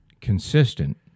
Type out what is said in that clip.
consistent